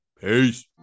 peace